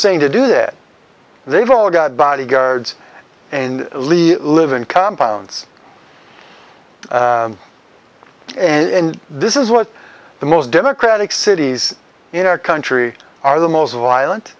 saying to do that they've all got bodyguards and lee live in compounds and this is what the most democratic cities in our country are the most violent